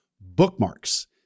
bookmarks